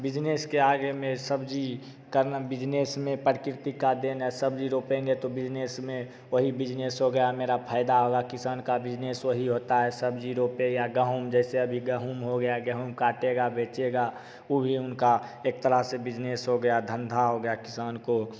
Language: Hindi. बिज़नेस के आगे में सब्जी करना बिजनेस में प्रकृति का देन सब्जी रोपेंगे तो बिजनेस में वही बिजनेस हो गया मेरा फायदा होगा किसान का बिजनेस वही होता है सब्जी रोपे या गेहूँ जैसे अभी गेहूँ हो गया गेहूँ काटेगा बेचेगा ऊ भी उनका एक तरह से बिजनेस हो गया धन्धा हो गया किसान को